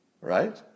right